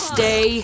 Stay